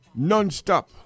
nonstop